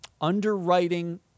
underwriting